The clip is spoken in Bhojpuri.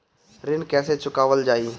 ऋण कैसे चुकावल जाई?